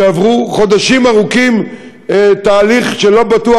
שעברו חודשים ארוכים תהליך שהוא לא בטוח,